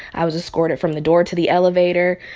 i was escorted from the door to the elevator,